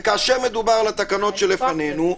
וכאשר מדובר בתקנות שלפנינו,